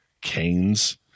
canes